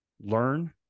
learn